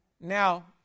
Now